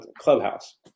clubhouse